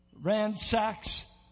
ransacks